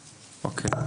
אוקיי.